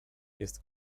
jest